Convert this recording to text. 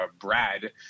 Brad